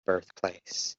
birthplace